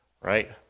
right